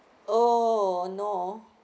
oh no